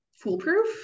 foolproof